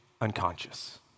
unconscious